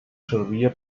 servia